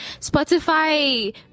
Spotify